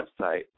website